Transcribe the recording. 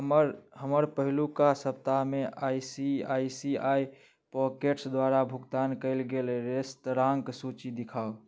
हमर पहिलुका सप्ताहमे I C I C I pockets द्वारा भुगतान कएल गेल रेस्तराँके सूची देखाउ